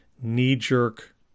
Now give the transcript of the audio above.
knee-jerk